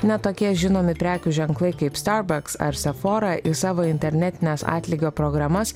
ne tokie žinomi prekių ženklai kaip starbaks arsefora į savo internetines atlygio programas